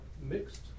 mixed